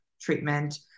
treatment